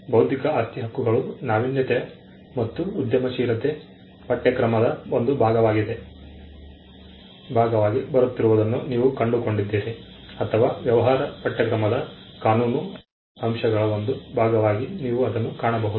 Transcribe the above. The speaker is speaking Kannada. ಬೌದ್ಧಿಕ ಆಸ್ತಿ ಹಕ್ಕುಗಳು ನಾವೀನ್ಯತೆ ಮತ್ತು ಉದ್ಯಮಶೀಲತೆ ಪಠ್ಯಕ್ರಮದ ಒಂದು ಭಾಗವಾಗಿ ಬರುತ್ತಿರುವುದನ್ನು ನೀವು ಕಂಡುಕೊಂಡಿದ್ದೀರಿ ಅಥವಾ ವ್ಯವಹಾರ ಪಠ್ಯಕ್ರಮದ ಕಾನೂನು ಅಂಶಗಳ ಒಂದು ಭಾಗವಾಗಿ ನೀವು ಅದನ್ನು ಕಾಣಬಹುದು